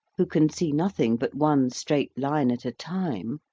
who can see nothing but one straight line at a time,